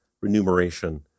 remuneration